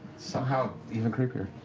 somehow even creepier.